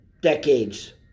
decades